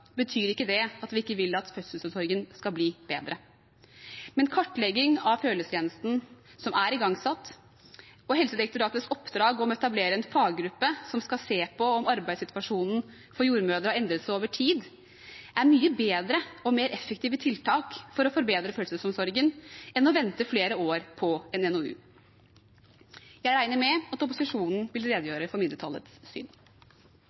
betyr ikke det at vi ikke vil at fødselsomsorgen skal bli bedre. Men kartlegging av følgetjenesten, som er igangsatt, og Helsedirektoratets oppdrag om å etablere en faggruppe som skal se på om arbeidssituasjonen for jordmødre har endret seg over tid, er mye bedre og mer effektive tiltak for å forbedre fødselsomsorgen enn å vente flere år på en NOU. Jeg regner med at opposisjonen vil redegjøre for mindretallets syn.